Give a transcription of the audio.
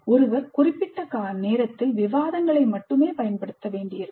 ஒருவர் குறிப்பிட்ட நேரத்தில் விவாதங்களை மட்டுமே பயன்படுத்த வேண்டியிருக்கும்